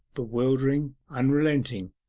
bewildering, unrelenting.